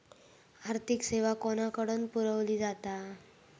आर्थिक सेवा कोणाकडन पुरविली जाता?